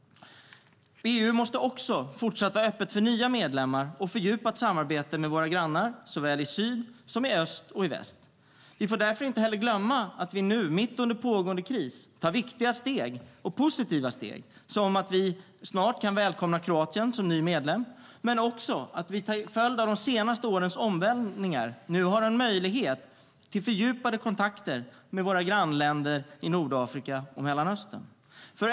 EU måste också fortsatt vara öppet för nya medlemmar och fördjupat samarbete med grannarna i såväl syd som öst och väst. Vi får därför inte glömma att vi nu under pågående kris tar positiva steg som att vi snart kan välkomna Kroatien som ny medlem. Till följd av de senaste årens omvälvningar har EU nu möjlighet till fördjupade kontakter med grannländerna i Nordafrika och Mellanöstern.